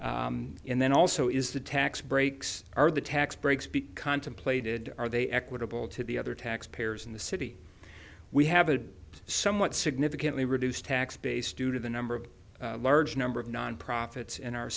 and then also is the tax breaks are the tax breaks be contemplated are they equitable to the other tax payers in the city we have a somewhat significantly reduced tax base due to the number of large number of non profits in our